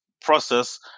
process